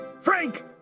Frank